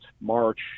March